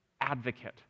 advocate